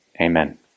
Amen